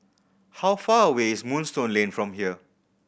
how far away is Moonstone Lane from here